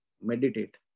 meditate